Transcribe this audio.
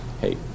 hey